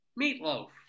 meatloaf